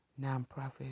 nonprofit